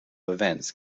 events